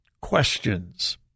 questions